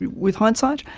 with hindsight,